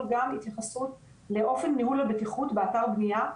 גם התייחסות לאופן ניהול הבטיחות באתר בניה.